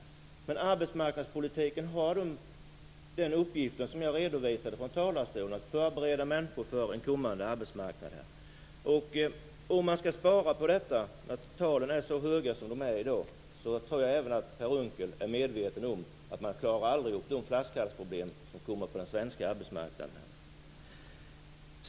Men arbetsmarknadspolitiken har den uppgift som jag redogjorde för från talarstolen, att förbereda människor för en kommande arbetsmarknad. Om man skall spara på detta, när talen är så höga som de är i dag, tror jag att även Per Unckel är medveten om att man aldrig klarar de flaskhalsproblem som uppkommer på den svenska arbetsmarknaden.